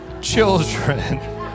children